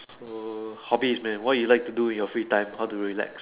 so hobby is man what you like to do during your free time how to relax